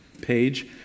page